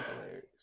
hilarious